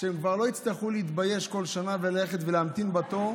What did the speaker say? שהם כבר לא יצטרכו להתבייש בכל שנה וללכת ולהמתין בתור.